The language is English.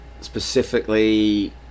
specifically